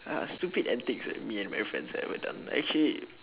ah stupid antics that me and my friends ever done actually